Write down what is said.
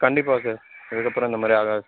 கண்டிப்பாக சார் இதுக்கப்புறம் இந்த மாதிரி ஆகாது சார்